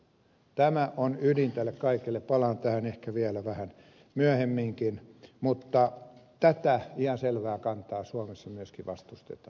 tämä on ydin tälle kaikelle palaan tähän ehkä vielä vähän myöhemminkin mutta tätä ihan selvää kantaa suomessa myöskin vastustetaan